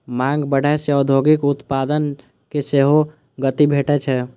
मांग बढ़ै सं औद्योगिक उत्पादन कें सेहो गति भेटै छै